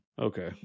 Okay